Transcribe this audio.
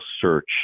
search